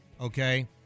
Okay